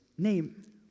Name